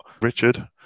Richard